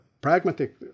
pragmatic